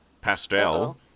Pastel